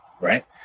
right